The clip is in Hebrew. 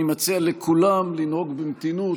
אני מציע לכולם לנהוג במתינות,